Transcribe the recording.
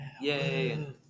Yay